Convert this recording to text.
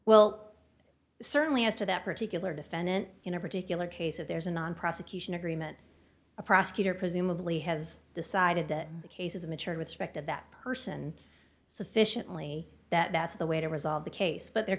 well certainly as to that particular defendant in a particular case if there's a non prosecution agreement a prosecutor presumably has decided that the case is mature with spector that person sufficiently that that's the way to resolve the case but there